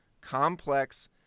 complex